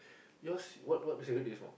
yours what what cigarette do you smoke